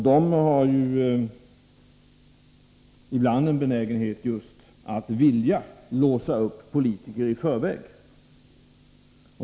De har ju ibland just en benägenhet att vilja låsa upp politiker i förväg.